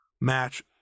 match